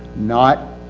not,